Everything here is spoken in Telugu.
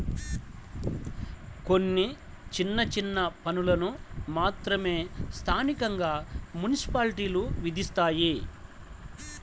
కొన్ని చిన్న చిన్న పన్నులను మాత్రమే స్థానికంగా మున్సిపాలిటీలు విధిస్తాయి